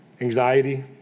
Anxiety